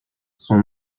son